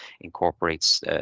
incorporates